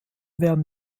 werden